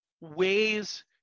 ways